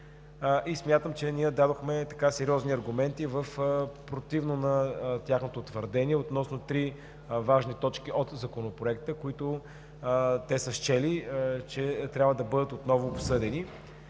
Смятам, че ние дадохме сериозни аргументи противно на тяхното твърдение относно три важни точки от Законопроекта, които са счели, че трябва да бъдат отново обсъдени.